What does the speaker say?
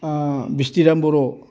बिस्थिराम बर'